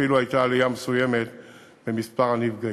ואפילו הייתה עלייה מסוימת במספר הנפגעים.